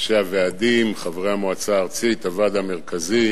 אנשי הוועדים, חברי המועצה הארצית, הוועד המרכזי,